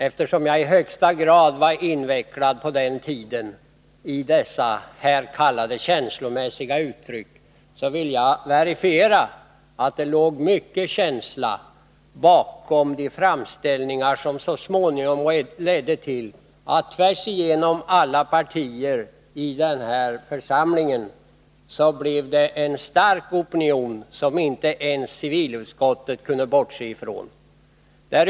Eftersom jag i högsta grad var invecklad på den tiden i dessa s.k. känslomässiga uttryck, vill jag verifiera att det låg mycket känsla bakom de framställningar som så småningom ledde till att det tvärsigenom alla partier i denna församling blev en så stark opinion att inte ens civilutskottet kunde bortse från den.